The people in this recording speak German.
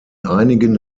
einigen